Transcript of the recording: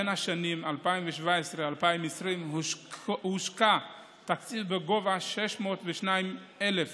בשנים 2017 2020 הושקע תקציב של 602,000